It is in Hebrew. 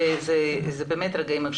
זה באמת רגעים,